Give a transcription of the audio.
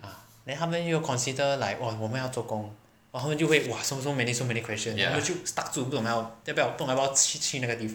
ah then 他们又 consider like !wah! 我们要做工然后他们就会 !wah! so so so many so many question then 他们就 stuck 住不懂要不要不懂要不要去那个地方